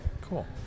Cool